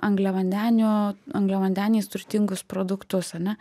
angliavandenių angliavandeniais turtingus produktus ar ne